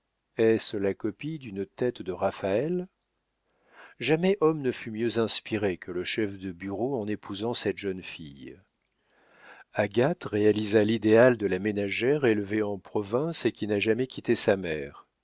la copie d'une tête de raphaël jamais homme ne fut mieux inspiré que le chef de bureau en épousant cette jeune fille agathe réalisa l'idéal de la ménagère élevée en province et qui n'a jamais quitté sa mère